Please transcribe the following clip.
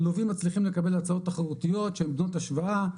הלווים מצליחים לקבל הצעות תחרותיות שהן בנות השוואה.